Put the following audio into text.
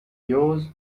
yours